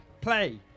Play